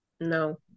No